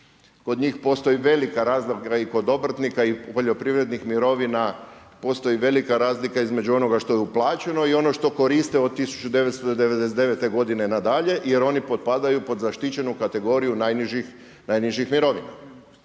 kod njih postoji velika razlika i kod obrtnika i poljoprivrednih mirovina, postoji velika između onoga što je uplaćeno i ono što koriste od 1999. godine na dalje jer oni potpadaju pod zaštićenu kategoriju najnižih mirovina.